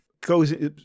goes